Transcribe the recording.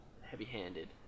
heavy-handed